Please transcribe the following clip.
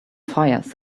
fires